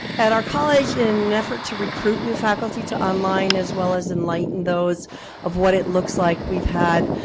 at our college in an effort to recruit new faculty to online as well as enlighten those of what it looks like we've had,